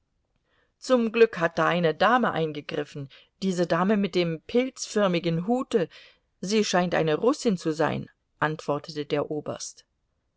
zum glück hat da eine dame eingegriffen diese dame mit dem pilzförmigen hute sie scheint eine russin zu sein antwortete der oberst